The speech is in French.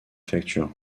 factures